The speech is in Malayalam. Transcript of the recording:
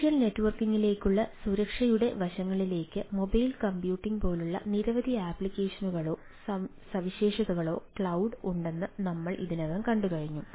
സോഷ്യൽ നെറ്റ്വർക്കിംഗിലേക്കുള്ള സുരക്ഷയുടെ വശങ്ങളിലേക്ക് മൊബൈൽ കമ്പ്യൂട്ടിംഗ് പോലുള്ള നിരവധി ആപ്ലിക്കേഷനുകളോ സവിശേഷതകളോ ക്ലൌഡ് ഉണ്ടെന്ന് ഞങ്ങൾ ഇതിനകം കണ്ടുകഴിഞ്ഞു